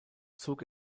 zog